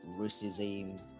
racism